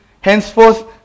Henceforth